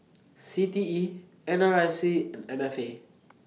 C T E N R I C and M F A